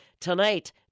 Tonight